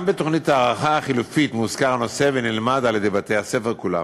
גם בתוכנית ההערכה החלופית מוזכר הנושא ונלמד על-ידי בתי-הספר כולם.